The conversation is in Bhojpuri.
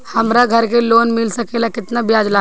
हमरा घर के लोन मिल सकेला केतना ब्याज लागेला?